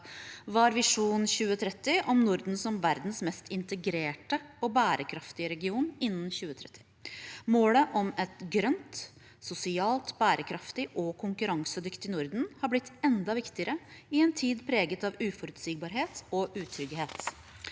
var Visjon 2030, om Norden som verdens mest integrerte og bærekraftige region innen 2030. Målet om et grønt, sosialt bærekraftig og konkurransedyktig Norden har blitt enda viktigere i en tid preget av uforutsigbarhet og utrygghet.